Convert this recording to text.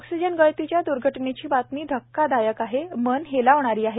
oxygen गळतीच्या द्र्घटनेची बातमी धक्कादायक आहे मन हेलावणारी आहे